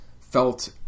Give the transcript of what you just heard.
felt